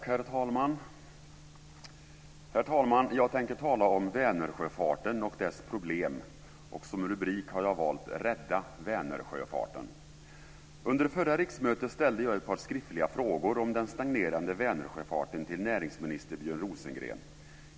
Herr talman! Jag tänker tala om Vänersjöfarten och dess problem, och som rubrik har jag valt Rädda Under förra riksmötet ställde jag ett par skriftliga frågor om den stagnerande Vänersjöfarten till näringsminister Björn Rosengren.